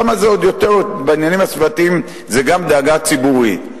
בעניינים הסביבתיים זה גם דאגה ציבורית,